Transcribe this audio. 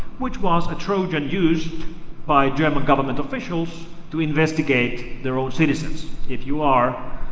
which was a trojan used by german government officials to investigate their own citizens. if you are